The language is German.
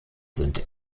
sind